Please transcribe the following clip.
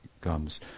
comes